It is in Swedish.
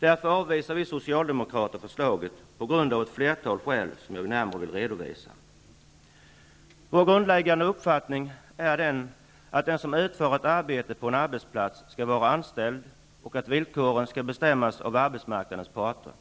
Därför avvisar vi socialdemokrater förslaget av ett flertal skäl, som jag närmare skall redovisa. Vår grundläggande uppfattning är att den som utför ett arbete på en arbetsplats skall vara anställd där och att villkoren skall bestämmas av arbetsmarknadens parter.